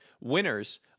Winners